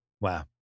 Wow